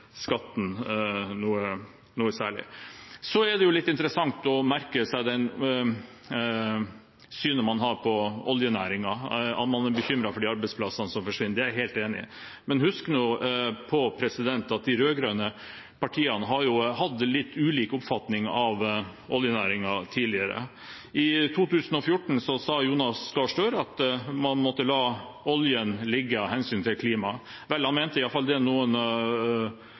skatten noe særlig. Det er litt interessant å merke seg synet man har på oljenæringen, at man er bekymret for arbeidsplassene som forsvinner. Det er jeg helt enig i. Men husk på at de rød-grønne partiene har hatt litt ulik oppfatning av oljenæringen tidligere. I 2014 sa Jonas Gahr Støre at man måtte la oljen ligge av hensyn til klimaet. Jeg skal ikke si han mente det én dag, men i alle fall mente han det